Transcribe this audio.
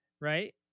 Right